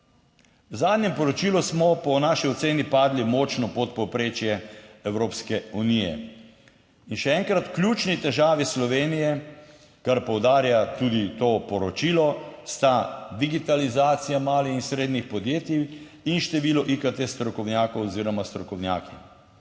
V zadnjem poročilu smo po naši oceni padli močno pod povprečje Evropske unije in še enkrat, ključni težavi, Slovenije, kar poudarja tudi to poročilo sta digitalizacija malih in srednjih podjetij in število IKT strokovnjakov oziroma strokovnjaki.